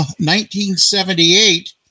1978